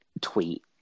tweet